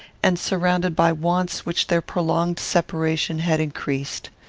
and surrounded by wants which their prolonged separation had increased.